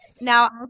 now